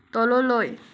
তললৈ